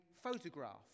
photograph